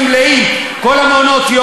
אחרונות.